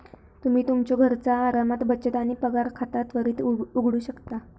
तुम्ही तुमच्यो घरचा आरामात बचत आणि पगार खाता त्वरित उघडू शकता